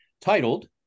titled